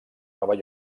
nova